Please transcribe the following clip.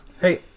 Hey